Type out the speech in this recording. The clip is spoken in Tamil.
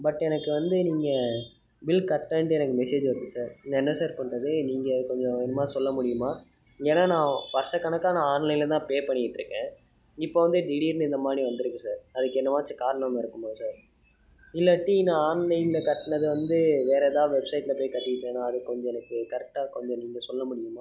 பட் எனக்கு வந்து நீங்கள் பில் கட்டலன்னு எனக்கு மெசேஜ் வருது சார் நான் என்ன சார் பண்ணுறது நீங்கள் கொஞ்சம் சொல்ல முடியுமா ஏன்னால் நான் வருஷக்கணக்காக நான் ஆன்லைனில் தான் பே பண்ணிட்டிருக்கேன் இப்போ வந்து திடீர்னு இந்த மாதிரி வந்துருக்குது சார் அதுக்கு என்னவாச்சும் காரணம் இருக்குமா சார் இல்லாட்டி நான் ஆன்லைனில் கட்டினத வந்து வேறு ஏதாவது வெப்சைட்டில் போய் கட்டிட்டேனா அது கொஞ்சம் எனக்கு கரெக்டாக கொஞ்சம் நீங்கள் சொல்ல முடியுமா